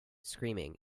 screaming